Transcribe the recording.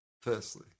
firstly